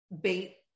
bait